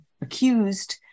accused